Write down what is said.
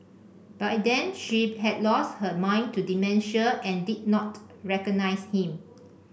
by then she had lost her mind to dementia and did not recognise him